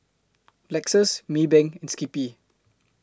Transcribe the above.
Lexus Maybank and Skippy